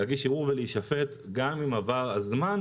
הם יכולים להגיש ערעור ולהישפט גם אם עבר הזמן,